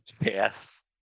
yes